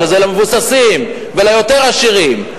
שזה למבוססים וליותר עשירים,